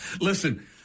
Listen